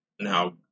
now